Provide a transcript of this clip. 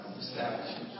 establish